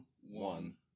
one